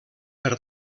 per